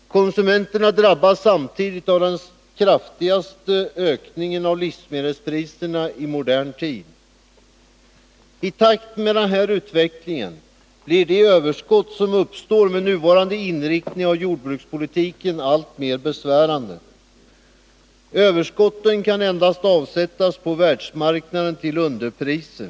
Konsumenterna drabbas samtidigt av den kraftigaste ökningen av livsmedelspriserna i modern tid. I takt med den här utvecklingen blir de överskott som uppstår med nuvarande inriktning av jordbrukspolitiken alltmer besvärande. Överskotten kan endast avsättas på världsmarknaden till underpriser.